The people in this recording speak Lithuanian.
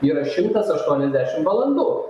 yra šimtas aštuoniasdešimt valandų